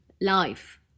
life